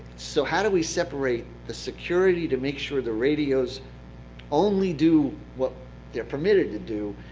so how do we separate the security to make sure the radios only do what they're permitted to do,